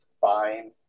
fine